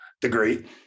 degree